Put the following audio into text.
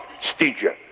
Stygia